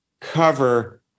cover